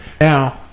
Now